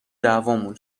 دعوامون